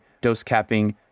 dose-capping